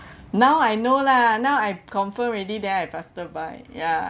now I know lah now I confirm already then I faster buy ya